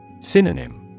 Synonym